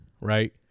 Right